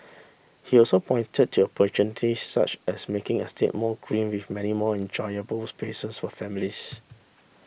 he also pointed to opportunities such as making estates more green with many more enjoyable spaces for families